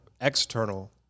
external